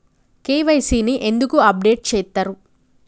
KYC ని ఎందుకు update చేత్తరు?